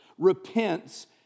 repents